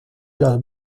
los